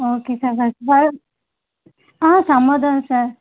okay sir first of all ஆ சம்மதம் sir